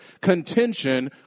contention